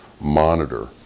monitor